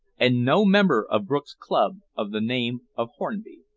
and no member of brook's club of the name of hornby.